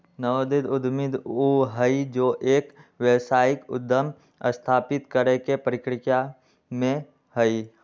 नवोदित उद्यमी ऊ हई जो एक व्यावसायिक उद्यम स्थापित करे के प्रक्रिया में हई